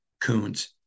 Coons